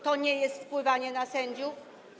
To nie jest wpływanie na sędziów?